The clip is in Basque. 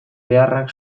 beharrak